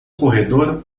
corredor